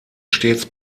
stets